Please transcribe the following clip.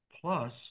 Plus